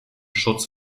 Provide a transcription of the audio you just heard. schutz